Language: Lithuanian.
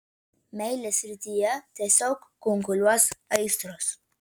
meilės srityje tiesiog kunkuliuos aistros